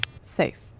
Safe